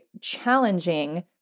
challenging